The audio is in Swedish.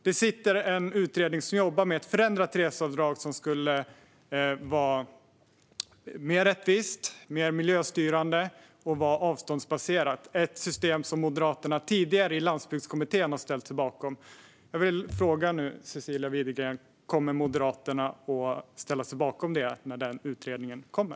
Det sitter en utredning som jobbar med ett förändrat reseavdrag som skulle vara mer rättvist, mer miljöstyrande och vara avståndsbaserat - ett system som Moderaterna tidigare i Landsbygdskommittén har ställt sig bakom. Jag vill nu fråga Cecilia Widegren: Kommer Moderaterna att ställa sig bakom detta när utredningen kommer?